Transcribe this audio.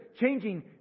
changing